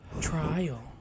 Trial